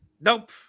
nope